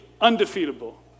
undefeatable